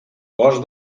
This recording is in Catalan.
cos